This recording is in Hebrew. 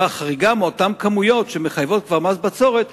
כלומר חריגה מאותן כמויות שמחייבת מס בצורת,